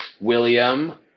William